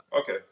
Okay